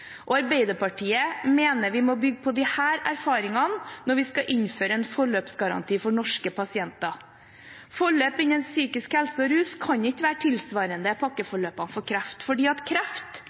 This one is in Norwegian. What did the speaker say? og Arbeiderpartiet mener vi må bygge på disse erfaringene når vi skal innføre en forløpsgaranti for norske pasienter. Forløp innen psykisk helse og rus kan ikke være tilsvarende pakkeforløpene for kreft fordi kreft